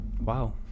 Wow